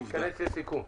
לסיכום.